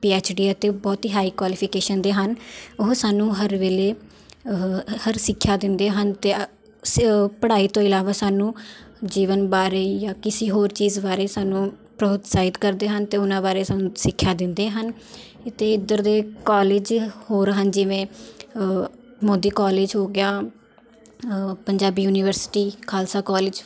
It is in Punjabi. ਪੀ ਐੱਚ ਡੀ ਅਤੇ ਬਹੁਤ ਹੀ ਹਾਈ ਕੁਆਲੀਫਿਕੇਸ਼ਨ ਦੇ ਹਨ ਉਹ ਸਾਨੂੰ ਹਰ ਵੇਲੇ ਹਰ ਸਿੱਖਿਆ ਦਿੰਦੇ ਹਨ ਅਤੇ ਸ ਪੜ੍ਹਾਈ ਤੋਂ ਇਲਾਵਾ ਸਾਨੂੰ ਜੀਵਨ ਬਾਰੇ ਜਾਂ ਕਿਸੀ ਹੋਰ ਚੀਜ਼ ਬਾਰੇ ਸਾਨੂੰ ਪ੍ਰੋਤਸਾਹਿਤ ਕਰਦੇ ਹਨ ਅਤੇ ਉਹਨਾਂ ਬਾਰੇ ਸਾਨੂੰ ਸਿੱਖਿਆ ਦਿੰਦੇ ਹਨ ਅਤੇ ਇੱਧਰ ਦੇ ਕੋਲੇਜ ਹੋਰ ਹਨ ਜਿਵੇਂ ਮੋਦੀ ਕੋਲੇਜ ਹੋ ਗਿਆ ਪੰਜਾਬੀ ਯੂਨੀਵਰਸਿਟੀ ਖਾਲਸਾ ਕੋਲੇਜ